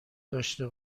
داشته